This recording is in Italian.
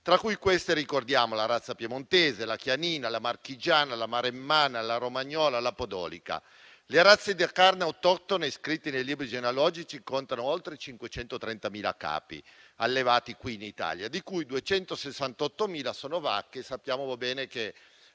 Tra queste ricordiamo: la razza piemontese, la chianina, la marchigiana, la maremmana, la romagnola e la podolica. Le razze da carne autoctone iscritte nei libri genealogici contano oltre 530.000 capi allevati qui in Italia, di cui 268.000 sono vacche; sappiamo bene che,